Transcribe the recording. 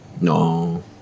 No